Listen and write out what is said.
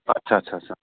आच्चा आच्चा